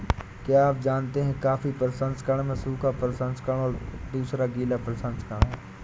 क्या आप जानते है कॉफ़ी प्रसंस्करण में सूखा प्रसंस्करण और दूसरा गीला प्रसंस्करण है?